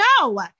no